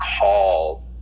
call